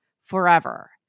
forever